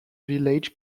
village